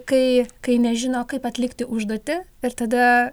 kai kai nežino kaip atlikti užduotį ir tada